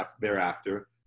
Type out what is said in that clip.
thereafter